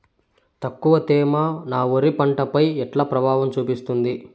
తక్కువ తేమ నా వరి పంట పై ఎట్లా ప్రభావం చూపిస్తుంది?